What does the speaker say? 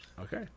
Okay